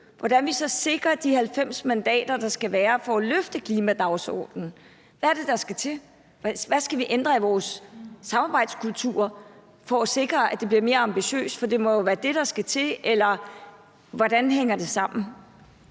hvordan vi så sikrer de 90 mandater, der skal til for at løfte klimadagsordenen. Hvad er det, der skal til? Hvad skal vi ændre i vores samarbejdskultur for at sikre, at det bliver mere ambitiøst? For det må jo være det, der skal til. Eller hvordan hænger det sammen?